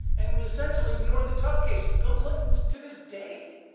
and we essentially ignore the tough cases. bill clinton, to this day,